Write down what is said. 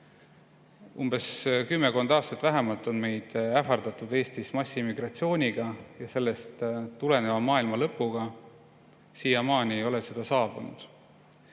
Kümmekond aastat vähemalt on meid ähvardatud Eestis massiimmigratsiooniga ja sellest tuleneva maailmalõpuga. Siiamaani ei ole seda saabunud.